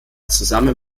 zusammen